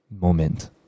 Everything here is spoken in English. Moment